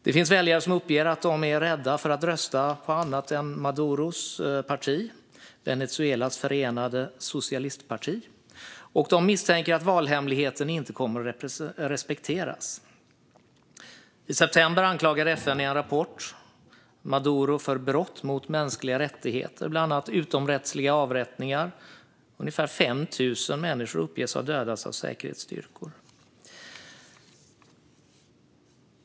Det finns väljare som uppger att de är rädda för att rösta på något annat än Maduros parti, Venezuelas förenade socialistparti. De misstänker att valhemligheten inte kommer att respekteras. I september anklagade FN i en rapport Maduro för brott mot mänskliga rättigheter, bland annat utomrättsliga avrättningar. Ungefär 5 000 människor uppges ha dödats av säkerhetsstyrkor.